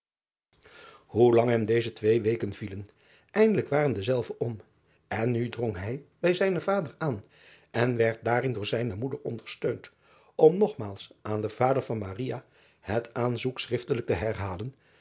oe lang hem deze twee weken vielen eindelijk waren dezelve om en nu drong hij bij zijnen vader aan en werd daarin door zijne moeder ondersteund om nogmaals aan den vader van het aanzoek schriftelijk te herhalen